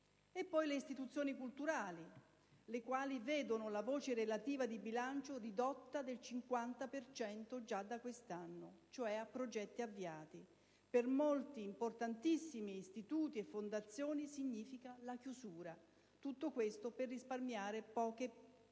poi le istituzioni culturali che vedono la voce relativa di bilancio ridotta del 50 per cento già da quest'anno, e dunque a progetti già avviati; per molti importantissimi istituti e fondazioni significa la chiusura. Tutto questo per risparmiare poche briciole,